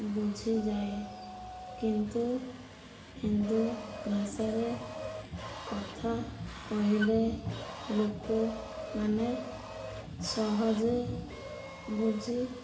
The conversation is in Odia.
ବୁଝିଯାଏ କିନ୍ତୁ ହିନ୍ଦୁ ଭାଷାରେ କଥା କହିଲେ ଲୋକମାନେ ସହଜେ ବୁଝି